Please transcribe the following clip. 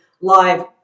live